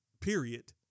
period